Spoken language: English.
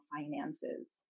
finances